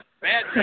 Bad